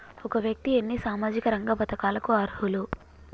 ఒక వ్యక్తి ఎన్ని సామాజిక రంగ పథకాలకు అర్హులు?